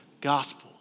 gospel